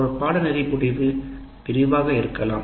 ஒரு பாடநெறி முடிவு விரிவாக இருக்கலாம்